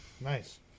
Nice